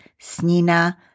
Snina